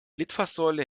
litfaßsäule